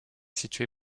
située